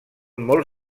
molt